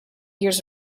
years